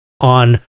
on